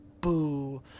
boo